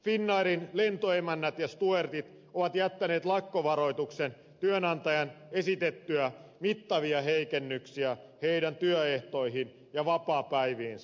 finnairin lentoemännät ja stuertit ovat jättäneet lakkovaroituksen työnantajan esitettyä mittavia heikennyksiä heidän työehtoihinsa ja vapaapäiviinsä